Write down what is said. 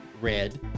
Red